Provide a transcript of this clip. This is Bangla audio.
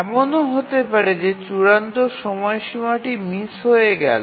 এমনও হতে পারে যে চূড়ান্ত সময়সীমাটি মিস হয়ে গেল